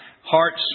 hearts